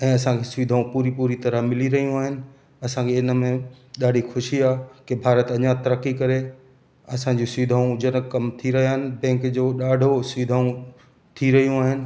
ऐं असांखे सुविधाऊं पूरी पूरी तरह सां मिली रहियूं आहिनि असांखे इन में ॾाढी ख़ुशी आहे कि भारत अञा तरक़ी करे असांजी सुविधाऊं जनक कम थी रहिया आहिनि बैंक जो ॾाढो सुविधाऊं थी रहियूं आहिनि